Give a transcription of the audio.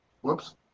Whoops